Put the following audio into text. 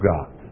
God